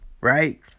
right